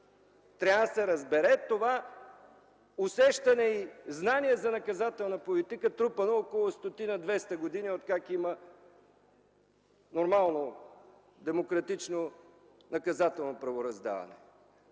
Трябва да се разбере това усещане и знание за наказателна политика, трупана около стотина, двеста години, откакто има нормално демократично наказателно правораздаване.